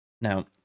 Now